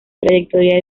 trayectoria